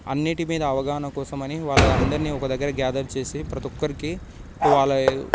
అన్నిటి మీద అవగాహన కోసం అని వాళ్లందరిని ఒక దగ్గర గాథర్ చేసి ప్రతి ఒక్కరికి వాళ్ళ